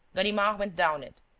ganimard went down it,